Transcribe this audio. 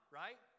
right